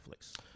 Netflix